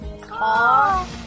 Car